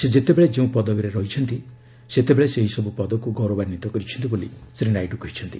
ସେ ଯେତେବେଳେ ଯେଉଁ ପଦପଦବୀରେ ରହିଛନ୍ତି ସେତେବେଳେ ସେହି ସବୁ ପଦକୁ ଗୌରବାନ୍ୱିତ କରିଛନ୍ତି ବୋଲି ଶ୍ରୀ ନାଇଡୁ କହିଛନ୍ତି